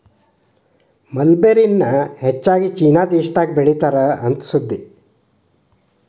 mulberry ಎನ್ನಾ ಹೆಚ್ಚಾಗಿ China ದೇಶದಾಗ ಬೇಳಿತಾರ ಅಂತ ಸುದ್ದಿ